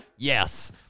Yes